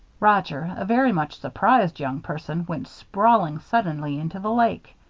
roger, a very much surprised young person, went sprawling suddenly into the lake.